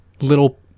little